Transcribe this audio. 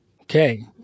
Okay